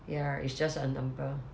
ya it's just a number